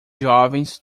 jovens